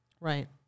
Right